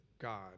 God